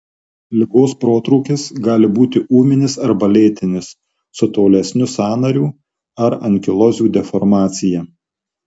ligos protrūkis gali būti ūminis arba lėtinis su tolesniu sąnarių ar ankilozių deformacija